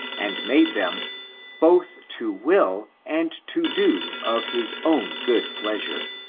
and made them both to will and to do of his own good pleasure.